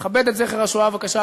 תכבד את זכר השואה, בבקשה.